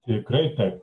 tikrai taip